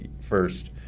first